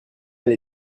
elle